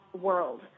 world